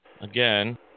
Again